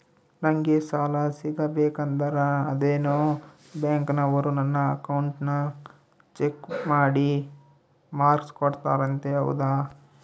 ನಂಗೆ ಸಾಲ ಸಿಗಬೇಕಂದರ ಅದೇನೋ ಬ್ಯಾಂಕನವರು ನನ್ನ ಅಕೌಂಟನ್ನ ಚೆಕ್ ಮಾಡಿ ಮಾರ್ಕ್ಸ್ ಕೊಡ್ತಾರಂತೆ ಹೌದಾ?